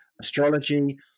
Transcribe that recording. astrology